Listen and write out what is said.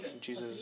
Jesus